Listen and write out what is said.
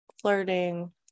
flirting